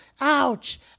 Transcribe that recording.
ouch